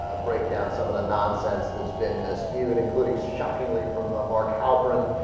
ah break down some of the nonsense that's been ah. spewed including shockingly from a mark halperin